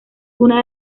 una